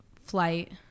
flight